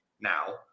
now